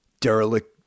derelict